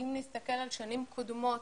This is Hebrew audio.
אם נסתכל על שנים קודמות,